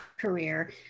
career